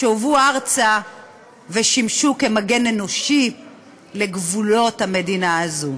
שהובאו ארצה ושימשו כמגן אנושי לגבולות המדינה הזו.